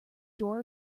door